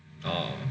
orh